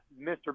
Mr